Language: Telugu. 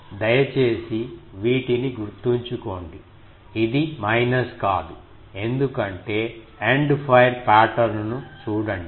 దయచేసి వీటిని గుర్తుంచుకోండి ఇది మైనస్ కాదు ఎందుకంటే ఎండ్ ఫైర్ పాటర్న్ ను చూడండి